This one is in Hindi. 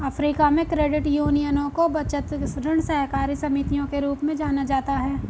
अफ़्रीका में, क्रेडिट यूनियनों को बचत, ऋण सहकारी समितियों के रूप में जाना जाता है